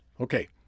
Okay